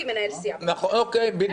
אוקיי, בדיוק.